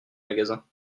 magasin